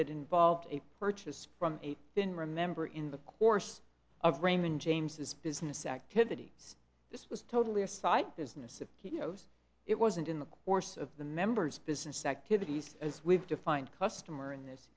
that involved a purchase from a bin remember in the course of raymond james his business activities this was totally a side business of chios it wasn't in the course of the members business activities as we've defined customer in this